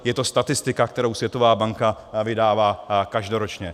Je to statistika, kterou Světová banka vydává každoročně.